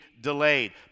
delayed